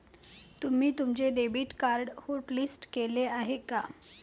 तुम्ही तुमचे debit card hotlist केले आहे का?